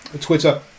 Twitter